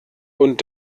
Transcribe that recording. und